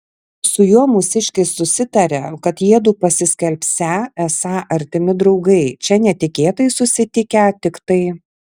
su juo mūsiškis susitarė kad jiedu pasiskelbsią esą artimi draugai čia netikėtai susitikę tiktai